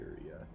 area